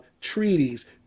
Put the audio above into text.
treaties